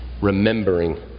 remembering